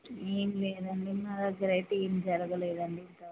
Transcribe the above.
ఏం లేదండి మా దగ్గరైతే ఏం జరగలేదండి